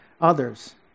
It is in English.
others